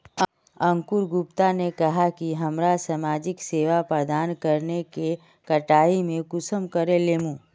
अंकूर गुप्ता ने कहाँ की हमरा समाजिक सेवा प्रदान करने के कटाई में कुंसम करे लेमु?